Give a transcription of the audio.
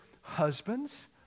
husbands